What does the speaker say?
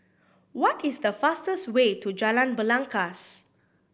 what is the fastest way to Jalan Belangkas